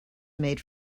made